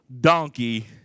donkey